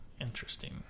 Interesting